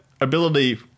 ability